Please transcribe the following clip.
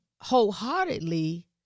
wholeheartedly